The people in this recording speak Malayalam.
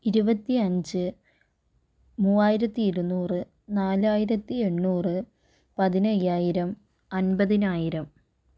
ഇരുപത്തിയഞ്ച് മുവായിരത്തി ഇരുന്നൂറ് നാലായിരത്തി എണ്ണൂറ് പതിനായ്യായിരം അന്പതിനായിരം